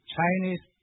Chinese